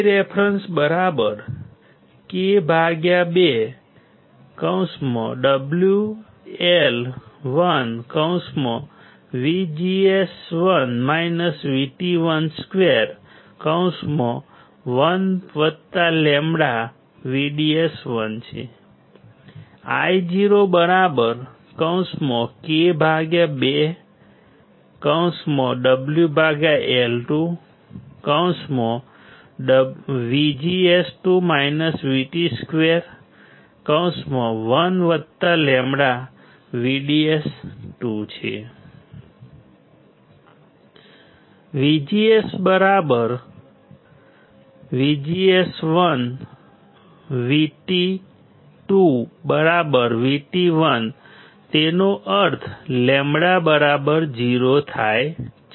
referencek2WL12 1λVDS1 Iok2WL22 1λVDS2 VGS2VGS1 VT2VT1 જેનો અર્થ λ 0 થાય છે